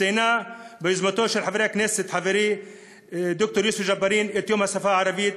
ציינה ביוזמתו של חבר הכנסת חברי ד"ר יוסף ג'בארין את יום השפה הערבית.